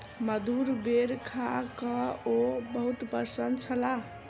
मधुर बेर खा कअ ओ बहुत प्रसन्न छलाह